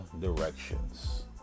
directions